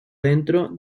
dentro